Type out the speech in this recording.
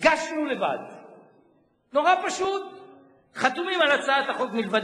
ובסוף גם נגיע